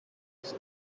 was